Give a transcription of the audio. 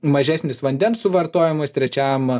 mažesnis vandens suvartojimas trečiam